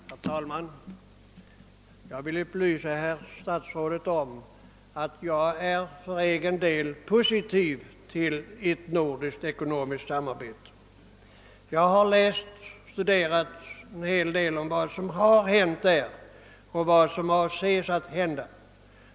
Herr talman! Jag vill upplysa herr statsrådet om att jag för egen del är positiv till ett nordiskt ekonomiskt samarbete. Jag har studerat en hel del av det som hänt härvidlag och läst om vad som avses hända.